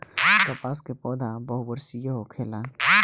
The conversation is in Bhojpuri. कपास के पौधा बहुवर्षीय होखेला